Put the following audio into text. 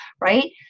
Right